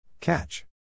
Catch